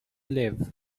live